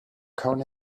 cone